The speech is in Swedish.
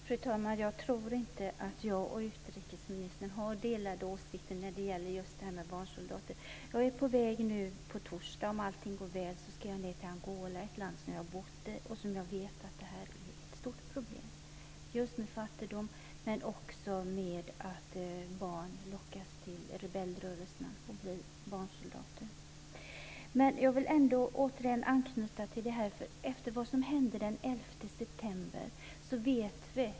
Fru talman! Jag tror inte att jag och utrikesministern har olika åsikter när det gäller just barnsoldater. Om allt går väl ska jag på torsdag åka till Angola, ett land som jag har bott i. Jag vet att fattigdomen är ett stort problem där och att barn lockas till rebellrörelserna för att bli barnsoldater. Jag vill ändå återigen anknyta till vad som hände den 11 september.